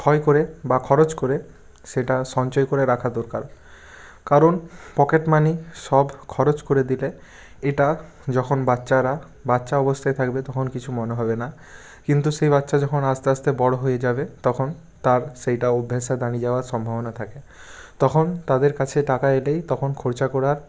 ক্ষয় করে বা খরচ করে সেটা সঞ্চয় করে রাখা দরকার কারণ পকেট মানি সব খরচ করে দিলে এটা যখন বাচ্চারা বাচ্চা অবস্থায় থাকবে তখন কিছু মনে হবে না কিন্তু সেই বাচ্চা যখন আস্তে আস্তে বড়ো হয়ে যাবে তখন তার সেইটা অভ্যেসে দাঁড়িয়ে যাওয়ার সম্ভাবনা থাকে তখন তাদের কাছে টাকা এলেই তখন খরচা করার